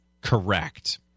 correct